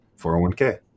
401k